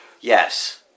Yes